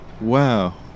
Wow